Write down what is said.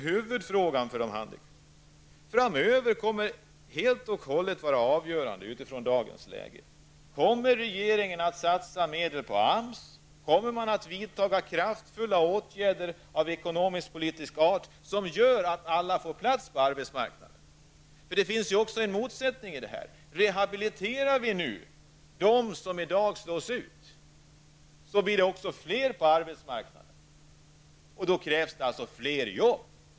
Huvudfrågan för de handikappade, den som framöver kommer att vara helt och hållet avgörande, är om regeringen kommer att satsa pengar på AMS och om man kommer att vidta kraftfulla åtgärder av ekonomiskpolitisk art som gör att alla får plats på arbetsmarknaden. Det finns i detta också en motsättning. Om vi rehabiliterar dem som i dag slås ut blir det också fler på arbetsmarknaden, och då krävs fler jobb.